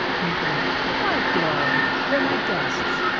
anthony why, gloria! they're my guests!